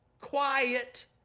quiet